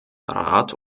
rat